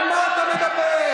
על מה אתה מדבר?